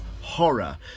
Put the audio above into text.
horror